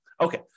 Okay